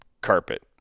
carpet